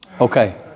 okay